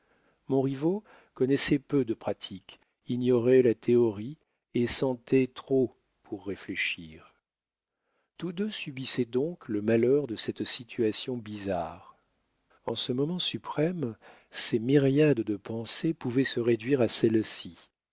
tout montriveau connaissait peu de pratique ignorait la théorie et sentait trop pour réfléchir tous deux subissaient donc le malheur de cette situation bizarre en ce moment suprême ses myriades de pensées pouvaient se réduire à celle-ci